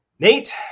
Nate